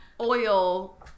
oil